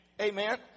Amen